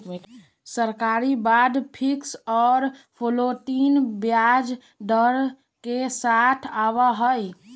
सरकारी bond fixed और floating ब्याज दर के साथ आवा हई